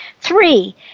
Three